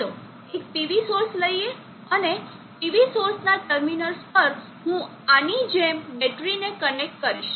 ચાલો એક PV source લઈએ અને PV સોર્સના ટર્મિનલ્સ પર હું આની જેમ બેટરીને કનેક્ટ કરીશ